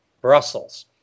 Brussels